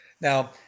Now